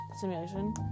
simulation